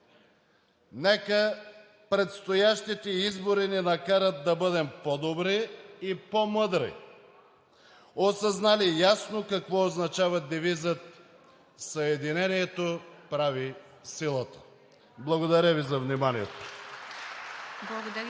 Нека предстоящите избори ни накарат да бъдем по-добри и по-мъдри, осъзнали ясно какво означава девизът „Съединението прави силата“. Благодаря Ви за вниманието.